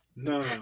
No